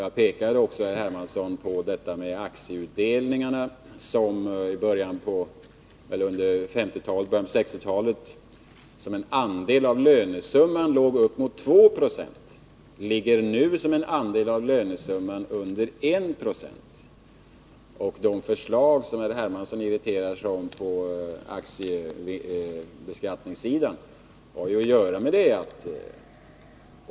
Herr Hermansson pekar också på aktieutdelningarna, som under 1950 talet och början av 1960-talet utgjorde 2 20 av lönesumman, medan andelen i dag ligger under 1 96. De förslag när det gäller aktiebeskattningen som herr Hermansson irriterar sig över har att göra med detta.